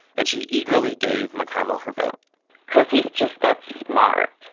and she eagerly gave mcconnell her vote because he's just that smart.